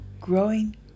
Growing